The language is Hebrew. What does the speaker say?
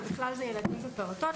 ובכלל זה ילדים ופעוטות,